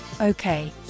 Okay